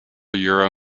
euro